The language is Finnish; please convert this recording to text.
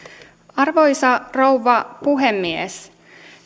arvoisa rouva puhemies